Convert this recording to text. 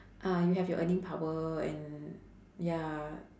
uh you have your earning power and ya